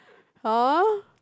!huh!